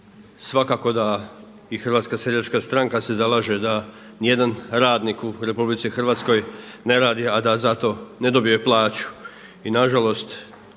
svakako da i Hrvatska seljačka stranka se zalaže da ni jedan radnik u RH ne radi a da za to ne dobije plaću.